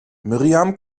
miriam